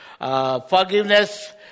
forgiveness